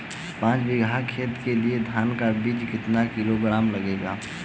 पाँच बीघा खेत के लिये धान का बीज कितना किलोग्राम लगेगा?